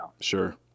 Sure